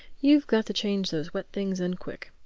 you ve got to change those wet things and quick.